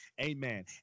Amen